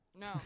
no